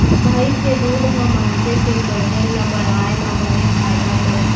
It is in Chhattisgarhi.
भईंस के दूद ह मनसे के बजन ल बढ़ाए म बने फायदा करथे